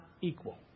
equal